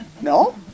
No